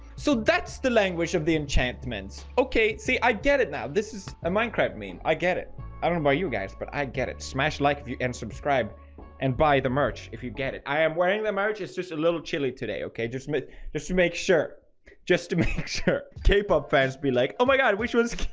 so that's the language of the enchantments. okay. see i get it now this is a minecraft mean i get it i don't buy you guys but i get it smash like of you and subscribe and buy the merch if you get it, i am wearing them out it's just a little chilly today. okay, just myth just to make sure just to make sure kpop fans be like, oh my god, which was